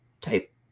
type